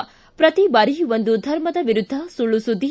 ಆದರೆ ಪ್ರತಿ ಬಾರಿ ಒಂದು ಧರ್ಮದ ವಿರುದ್ಧ ಸುಳ್ಳು ಸುದ್ದಿ